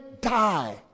die